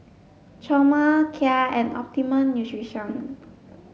Chomel Kia and Optimum Nutrition